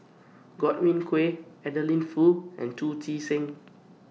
Godwin Koay Adeline Foo and Chu Chee Seng